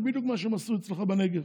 זה בדיוק מה שהם עשו אצלך בנגב.